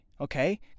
Okay